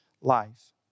life